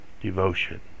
devotion